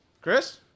Chris